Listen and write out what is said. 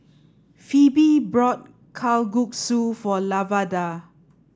Pheobe bought Kalguksu for Lavada